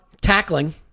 tackling